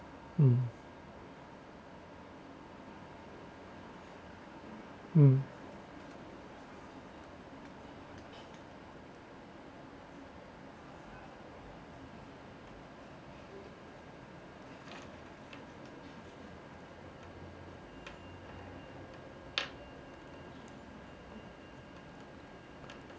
uh uh